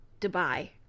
Dubai